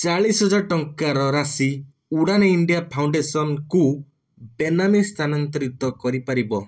ଚାଳିଶ ହଜାର ଟଙ୍କାର ରାଶି ଉଡ଼ାନ୍ ଇଣ୍ଡିଆ ଫାଉଣ୍ଡେସନ୍କୁ ବେନାମୀ ସ୍ଥାନାନ୍ତରିତ କରିପାରିବ